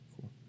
Cool